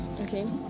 Okay